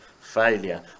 failure